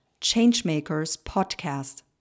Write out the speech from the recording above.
changemakerspodcast